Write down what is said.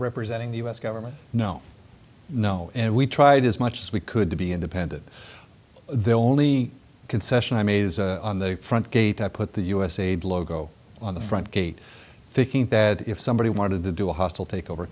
representing the u s government no no and we tried as much as we could to be independent they only concession i made on the front gate i put the usaid logo on the front gate thinking that if somebody wanted to do a hostile takeover